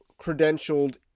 credentialed